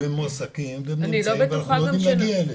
והם מועסקים ומנוצלים ואנחנו לא יודעים להגיע אליהם.